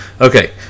Okay